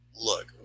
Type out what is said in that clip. Look